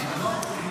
נתקבל.